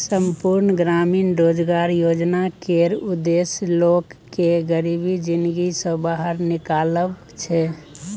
संपुर्ण ग्रामीण रोजगार योजना केर उद्देश्य लोक केँ गरीबी जिनगी सँ बाहर निकालब छै